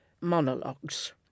monologues